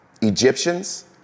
Egyptians